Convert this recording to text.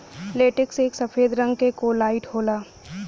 latex एक सफेद रंग क कोलाइड होला